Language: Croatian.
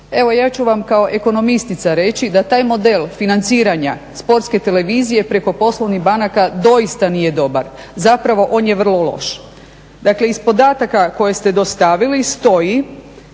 Evo, ja ću vam kao ekonomistica reći da taj model financiranja Sportske televizije preko Poslovnih banaka doista nije dobar, zapravo on je vrlo loš. Dakle iz podataka koje ste dostavili stoji